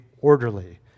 orderly